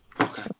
Okay